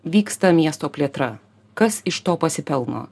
vyksta miesto plėtra kas iš to pasipelno